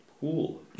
cool